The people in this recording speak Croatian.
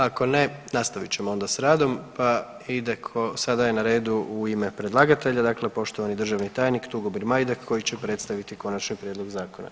Ako ne, nastavit ćemo onda sa radom pa sada je na redu u ime predlagatelja, dakle poštovani državni tajnik Tugomir Majdak koji će predstaviti konačni prijedlog zakona.